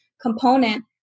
component